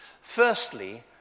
Firstly